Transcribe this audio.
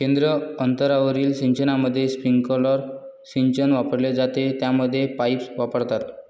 केंद्र अंतरावरील सिंचनामध्ये, स्प्रिंकलर सिंचन वापरले जाते, ज्यामध्ये पाईप्स वापरतात